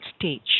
stage